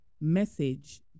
message